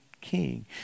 king